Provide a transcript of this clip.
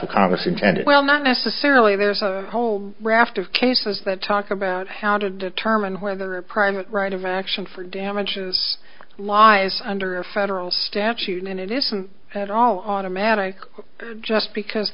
a congress intended well not necessarily there's a whole raft of cases that talk about how to determine whether a prime right of action for damages lies under a federal statute minute isn't at all automatic just because